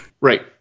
right